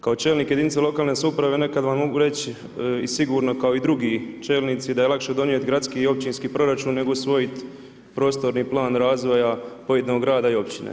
Kao čelnik jedinice lokalne samouprave nekada, vam mogu reći i sigurno kao i drugi čelnici da je lakše donijeti gradski i općinski proračun nego usvojiti prostorni plan razvoja pojedinog grada i općine.